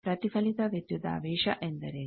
ಪ್ರತಿಫಲಿತ ವಿದ್ಯುದಾವೇಶ ಎಂದರೇನು